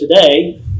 today